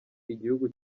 igihugu